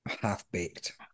half-baked